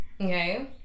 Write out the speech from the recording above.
okay